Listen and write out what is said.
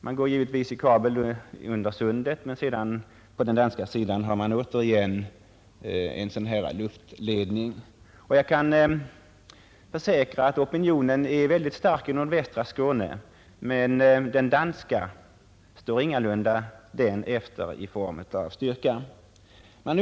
Man går givetvis i kabel under Sundet, men på den danska sidan begagnar man åter en sådan här luftledning. Jag kan försäkra att opinionen i nordvästra Skåne mot detta projekt är väldigt stark, men den danska står ingalunda den svenska efter i fråga om styrka.